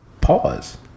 pause